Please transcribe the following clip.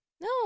No